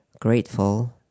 grateful